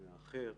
האחר,